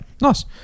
Nice